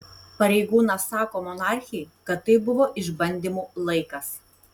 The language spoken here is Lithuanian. pareigūnas sako monarchei kad tai buvo išbandymų laikas